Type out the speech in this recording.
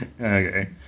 Okay